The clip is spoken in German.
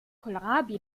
kohlrabi